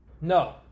no